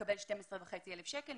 מקבל 12,500 שקלים,